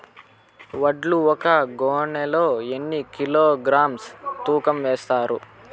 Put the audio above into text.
వడ్లు ఒక గోనె లో ఎన్ని కిలోగ్రామ్స్ తూకం వేస్తారు?